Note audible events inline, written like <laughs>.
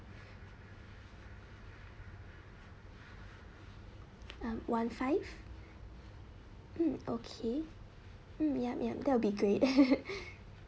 um one five mm okay mm yup yup that would be great <laughs>